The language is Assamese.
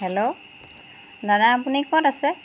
হেল্ল' দাদা আপুনি ক'ত আছে